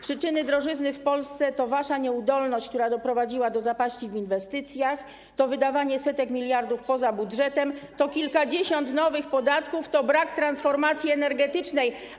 Przyczyny drożyzny w Polsce to wasza nieudolność, która doprowadziła do zapaści w inwestycjach, to wydawanie setek miliardów poza budżetem, to kilkadziesiąt nowych podatków, to brak transformacji energetycznej.